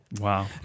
Wow